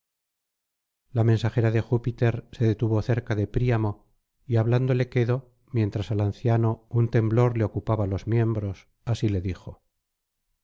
la mensajera de júpiter se detuvo cerca de príamo y hablándole quedo mientras al anciano un temblor le ocupaba los miembros así le dijo